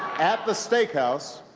at the steakhouse,